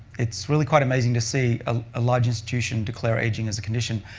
it's really quite amazing to see ah a large institution declare aging as a condition.